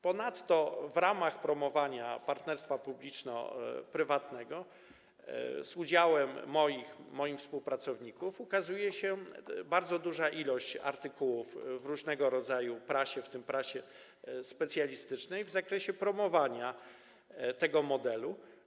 Ponadto w ramach promowania partnerstwa publiczno-prywatnego, z udziałem moim i moich współpracowników, ukazuje się bardzo duża ilość artykułów w różnego rodzaju prasie, w tym w prasie specjalistycznej, w zakresie promowania tego modelu.